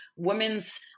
Women's